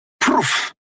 proof